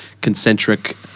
concentric